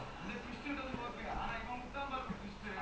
I never defend lah I only a bit only